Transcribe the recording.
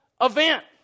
event